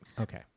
Okay